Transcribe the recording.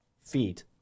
feet